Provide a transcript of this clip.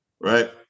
right